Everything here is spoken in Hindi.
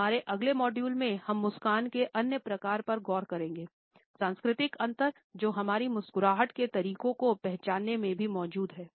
हमारे अगले मॉड्यूल में हम मुस्कान के अन्य प्रकार पर गौर करेंगे सांस्कृतिक अंतर जो हमारी मुस्कुराहट के तरीके को पहचानने में भी मौजूद हैं